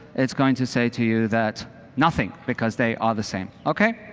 it's going to say to you that nothing, because they are the same, okay?